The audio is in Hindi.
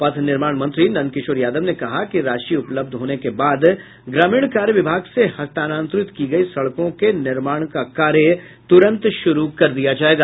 पथ निर्माण मंत्री नंद किशोर यादव ने कहा कि राशि उपलब्ध होने के बाद ग्रामीण कार्य विभाग से हस्तानांतरित की गयी सड़कों के निर्माण का कार्य तुरंत शुरू कर दिया जायेगा